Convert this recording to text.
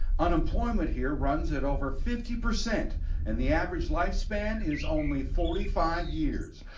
unemployment here runs at over fifty percent and the average life span is only forty five years.